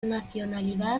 nacionalidad